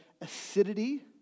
acidity